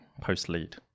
post-lead